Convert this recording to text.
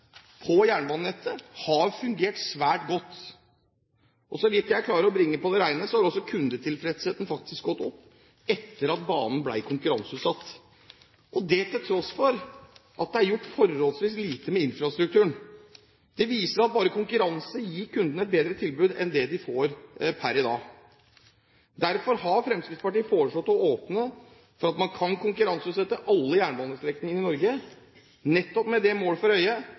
på jernbanenettet har fungert svært godt. Så vidt jeg klarer å bringe på det rene, har også kundetilfredsheten faktisk gått opp etter at banen ble konkurranseutsatt, til tross for at det er gjort forholdsvis lite med infrastrukturen. Det viser bare at konkurranse gir kundene et bedre tilbud enn det de får per i dag. Derfor har Fremskrittspartiet foreslått å åpne for at man kan konkurranseutsette alle jernbanestrekninger i Norge, nettopp med det mål for øye